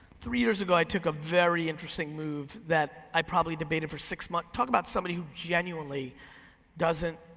three years ago i took a very interesting move that i probably debated for six months. talk about somebody who genuinely doesn't,